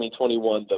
2021